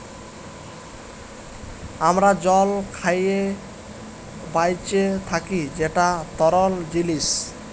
আমরা জল খাঁইয়ে বাঁইচে থ্যাকি যেট তরল জিলিস